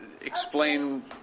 explain